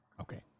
Okay